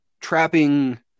trapping